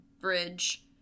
Bridge